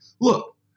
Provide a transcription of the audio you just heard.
look